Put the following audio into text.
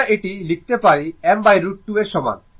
আমরা এটি লিখতে পারি m√2 এর সমান